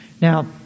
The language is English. now